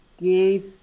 give